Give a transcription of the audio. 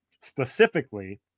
specifically